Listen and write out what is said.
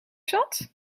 zat